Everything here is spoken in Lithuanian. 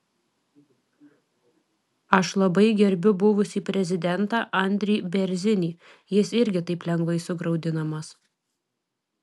aš labai gerbiu buvusį prezidentą andrį bėrzinį jis irgi taip lengvai sugraudinamas